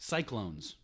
Cyclones